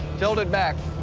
tilt it back.